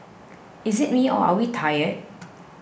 is it me or are we tired